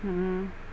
ہوں